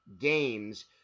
games